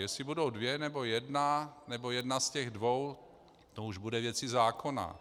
Jestli budou dvě, nebo jedna, nebo jedna z těch dvou, to už bude věcí zákona.